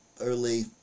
early